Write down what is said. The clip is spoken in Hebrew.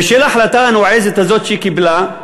בשל ההחלטה הנועזת הזאת שהיא קיבלה,